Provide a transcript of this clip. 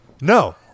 No